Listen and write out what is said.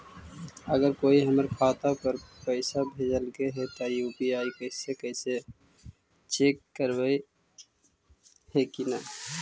अगर कोइ हमर खाता पर पैसा भेजलके हे त यु.पी.आई से पैसबा कैसे चेक करबइ ऐले हे कि न?